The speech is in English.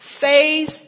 faith